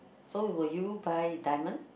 so will you buy diamond